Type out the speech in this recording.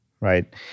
right